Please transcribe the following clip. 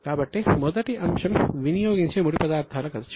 కాబట్టి మొదటి అంశం వినియోగించే ముడి పదార్థాల ఖర్చు